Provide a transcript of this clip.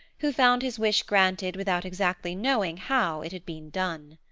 who found his wish granted without exactly knowing how it had been done.